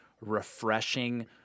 refreshing